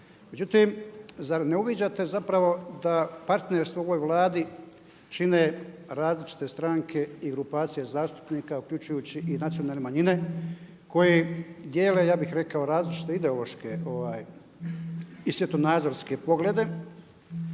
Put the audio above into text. Međutim, zar ne uviđate zapravo da partnerstvo u ovoj Vladi čine različite stranke i grupacije zastupnika uključujući i nacionalne manjine koji dijele ja bih rekao različite ideološke i svjetonazorske poglede?